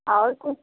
और कुछ